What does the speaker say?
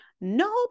no